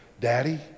Daddy